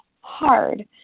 hard